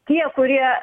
tie kurie